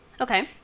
Okay